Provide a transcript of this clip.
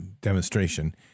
demonstration